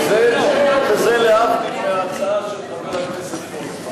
זה להבדיל מההצעה של חבר הכנסת פולקמן.